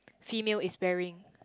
female is wearing